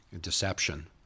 deception